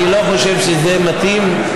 אני לא חושב שזה מתאים,